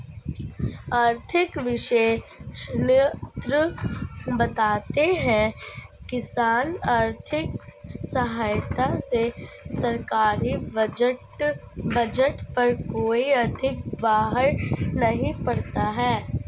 आर्थिक विशेषज्ञ बताते हैं किसान आर्थिक सहायता से सरकारी बजट पर कोई अधिक बाहर नहीं पड़ता है